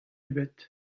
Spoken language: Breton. ebet